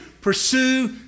pursue